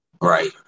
Right